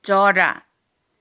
चरा